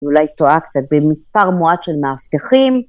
אולי טועה קצת במספר מועט של מאבטחים.